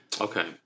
Okay